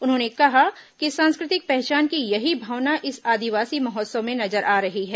उन्होंने कहा कि सांस्कृतिक पहचान की यही भावना इस आदिवासी महोत्सव में नजर आ रही है